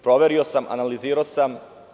Proverio sam, analizirao sam.